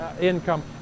income